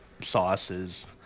sauces